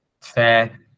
fair